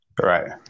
Right